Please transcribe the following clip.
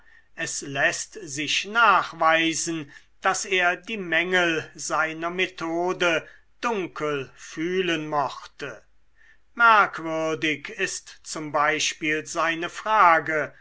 es läßt sich nachweisen daß er die mängel seiner methode dunkel fühlen mochte merkwürdig ist z b seine frage